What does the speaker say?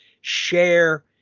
share